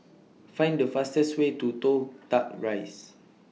Find The fastest Way to Toh Tuck Rise